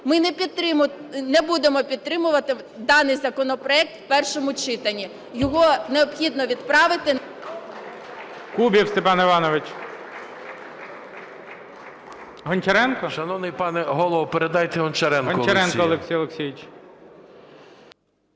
Ми не будемо підтримувати даний законопроект у першому читанні. Його необхідно відправити...